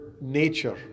Nature